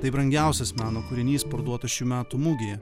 tai brangiausias meno kūrinys parduotas šių metų mugėje